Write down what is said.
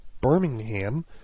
Birmingham